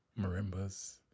marimbas